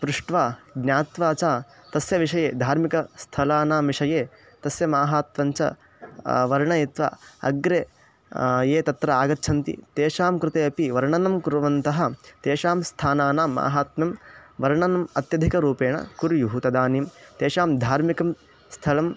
पृष्ट्वा ज्ञात्वा च तस्य विषये धार्मिकस्थलानां विषये तस्य महत्त्वं च वर्णयित्वा अग्रे ये तत्र आगच्छन्ति तेषां कृते अपि वर्णनं कुर्वन्तः तेषां स्थानानां माहात्म्यं वर्णनम् अत्यधिकरूपेण कुर्युः तदानीं तेषां धार्मिकं स्थलम्